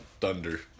Thunder